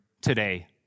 today